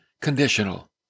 conditional